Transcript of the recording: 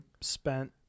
spent